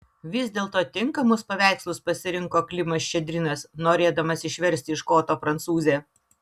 vis dėlto tinkamus paveikslus pasirinko klimas ščedrinas norėdamas išversti iš koto prancūzę